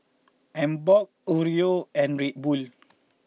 Emborg Oreo and Red Bull